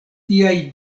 tiaj